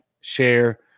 share